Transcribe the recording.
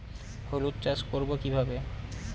হলুদ চাষ করব কিভাবে?